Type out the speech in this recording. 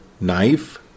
knife